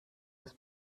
aus